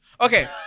Okay